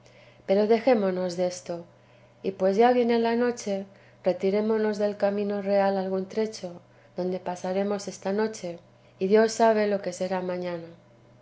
pero dejémonos desto y pues ya viene la noche retirémonos del camino real algún trecho donde pasaremos esta noche y dios sabe lo que será mañana